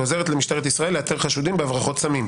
ועוזרת למשטרת ישראל לאתר חשודים בהברחת סמים.